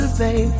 baby